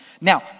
Now